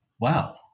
wow